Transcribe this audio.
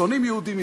שונאים יהודים,